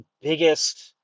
biggest